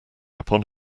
upon